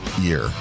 year